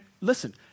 listen